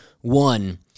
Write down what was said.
One